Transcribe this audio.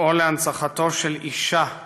לפעול להנצחתו של אישה,